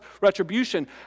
retribution